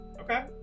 Okay